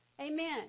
Amen